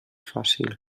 fàcil